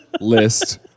list